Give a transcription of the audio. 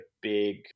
big